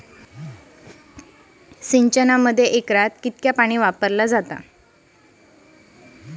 सिंचनासाठी एकरी किती पाणी वापरले जाते?